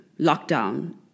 lockdown